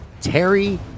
Terry